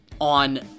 on